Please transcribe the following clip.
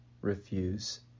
refuse